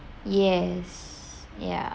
yes ya